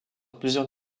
plusieurs